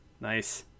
nice